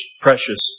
precious